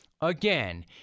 Again